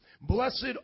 Blessed